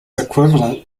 equivalent